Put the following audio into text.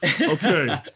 okay